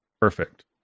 Perfect